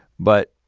but,